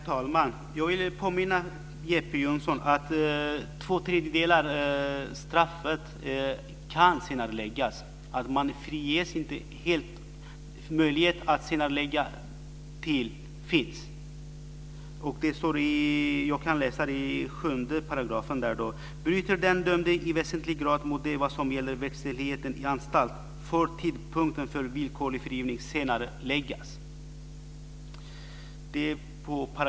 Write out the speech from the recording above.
Herr talman! Jag vill påminna Jeppe Johnsson om att det kan bli en senareläggning när det gäller tvåtredjedelsstraffet. Man friges inte helt, utan möjlighet till senareläggning finns. I fråga om 7 § står det så här: "Bryter den dömde i väsentlig grad mot vad som gäller verkställigheten i anstalt, får tidpunkten för villkorlig frigivning senareläggas."